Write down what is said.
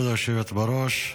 כבוד היושבת-ראש,